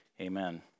Amen